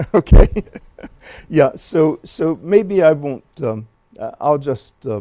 ah okay yeah so so maybe i won't i'll just